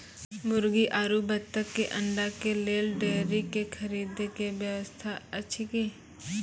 मुर्गी आरु बत्तक के अंडा के लेल डेयरी के खरीदे के व्यवस्था अछि कि?